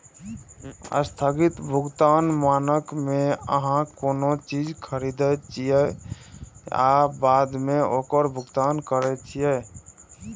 स्थगित भुगतान मानक मे अहां कोनो चीज खरीदै छियै आ बाद मे ओकर भुगतान करै छियै